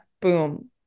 Boom